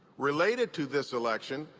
related to this election,